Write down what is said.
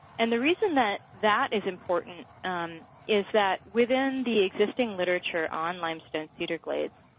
and the reason that that is important is that within the existing literature on limestone cedar glades,